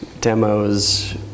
demos